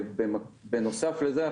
בנוסף לזה,